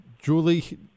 Julie